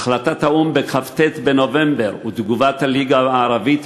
החלטת האו"ם בכ"ט בנובמבר ותגובת הליגה הערבית